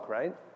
right